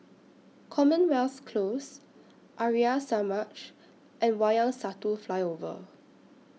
Commonwealth Close Arya Samaj and Wayang Satu Flyover